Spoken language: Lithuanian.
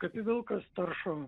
kap vilkas taršo